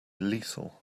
lethal